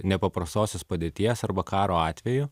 nepaprastosios padėties arba karo atveju